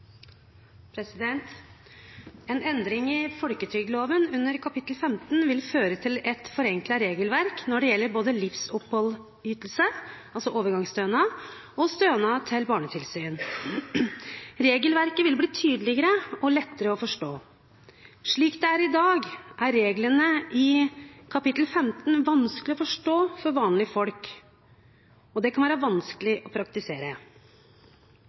minutter. En endring i folketrygdloven under kapittel 15 vil føre til et forenklet regelverk når det gjelder både livsoppholdsytelsen – altså overgangsstønad – og stønad til barnetilsyn. Regelverket vil bli tydeligere og lettere å forstå. Slik det er i dag, er reglene i kapittel 15 vanskelige å forstå for vanlige folk, og de kan være vanskelige å praktisere.